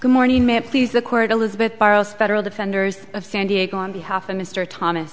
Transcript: good morning may it please the court elizabeth barros federal defenders of san diego on behalf of mr thomas